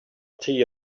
tea